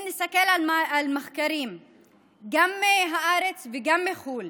אם מסתכלים על מחקרים גם מהארץ וגם מחו"ל